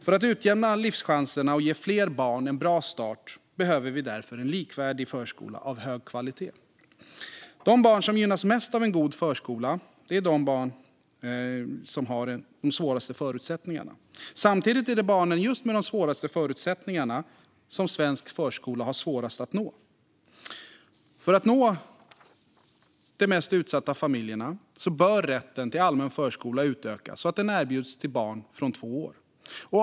För att utjämna livschanserna och ge fler barn en bra start behöver vi därför en likvärdig förskola av hög kvalitet. De barn som gynnas mest av en god förskola är de barn som har de svåraste förutsättningarna. Samtidigt är det barnen med de svåraste förutsättningarna som svensk förskola har svårast att nå. För att nå de mest utsatta familjerna bör rätten till allmän förskola utökas så att den erbjuds till barn från två år.